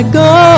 go